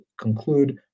conclude